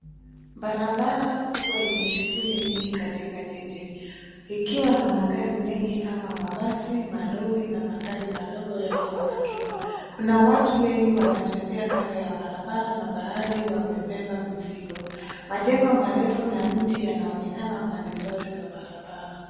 Barabara kubwa yenye shughuli nyingi katika jiji ikiwa na magari mengi kama mabasi, malori na magari madogo yaliyo pakiwa. Kuna watu wengi wanatembea kando ya barabara na baadhi wamebeba mizigo. Majengo marefu na miti yanaonekana pande zote za barabara.